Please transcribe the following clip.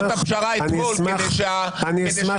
אני אשמח